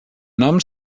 nom